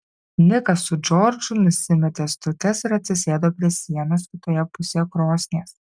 nikas su džordžu nusimetė striukes ir atsisėdo prie sienos kitoje pusėje krosnies